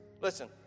listen